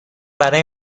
برای